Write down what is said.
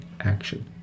action